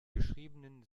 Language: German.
geschriebenen